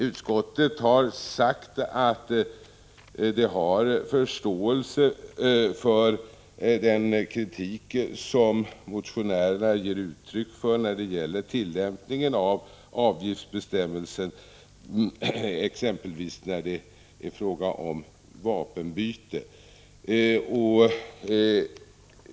Utskottet har uttalat förståelse för den kritik som motionärerna ger uttryck för när det gäller tillämpningen av avgiftsbestämmelsen, exempelvis när det är fråga om vapenbyte.